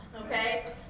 okay